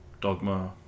dogma